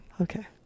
Okay